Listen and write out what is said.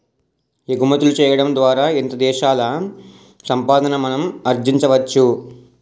ఎగుమతులు చేయడం ద్వారా ఇతర దేశాల సంపాదన మనం ఆర్జించవచ్చు